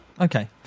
okay